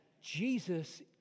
Jesus